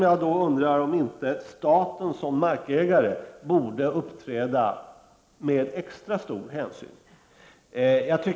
Jag undrar då om inte staten som markägare här borde uppträda med extra stor hänsyn.